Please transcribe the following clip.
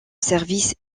service